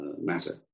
matter